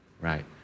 right